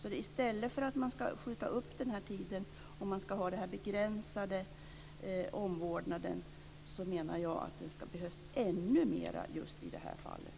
I stället för att skjuta upp den här tiden och ha den begränsade omvårdnaden, menar jag att det behövs ännu mer just i det här fallet.